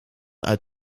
uit